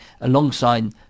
alongside